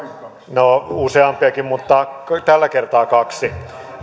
no useampiakin mutta tällä kertaa kaksi